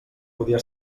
podia